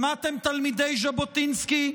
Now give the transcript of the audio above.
שמעתם, תלמידי ז'בוטינסקי?